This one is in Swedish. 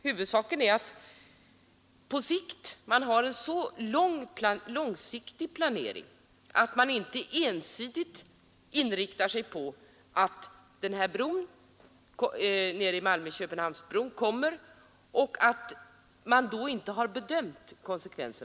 Huvudsaken är att man på sikt har en så pass förutseende planering att man inte ensidigt inriktar sig på Malmö—Köpenhamnsbrons tillkomst utan att bedöma dess konsekvenser.